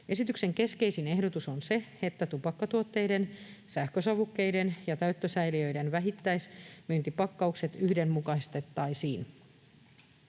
Esityksen keskeisin ehdotus on se, että tupakkatuotteiden, sähkösavukkeiden ja täyttösäiliöiden vähittäismyyntipakkaukset yhdenmukaistettaisiin: